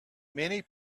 many